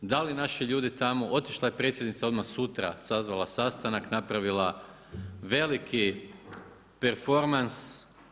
Da li naši ljudi tamo, otišla je predsjednica odmah sutra, sazvala sastanak, napravila veliki performans.